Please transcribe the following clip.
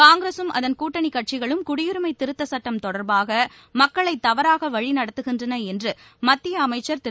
காங்கிரசும் அதன் கூட்டணிக் கட்சிகளும் குடியுரிமை திருத்தச் சுட்டம் தொடர்பாக மக்களை தவறாக வழிநடத்துகின்றன என்று மத்திய அமைச்சர் திரு